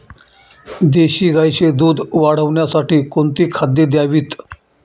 देशी गाईचे दूध वाढवण्यासाठी कोणती खाद्ये द्यावीत?